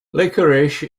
licorice